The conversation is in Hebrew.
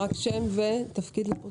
שלום רב,